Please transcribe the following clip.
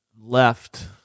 left